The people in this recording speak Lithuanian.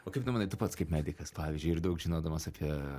o kaip tu manai tu pats kaip medikas pavyzdžiui ir daug žinodamas apie